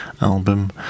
album